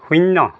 শূন্য